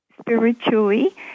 spiritually